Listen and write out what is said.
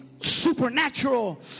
supernatural